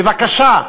בבקשה,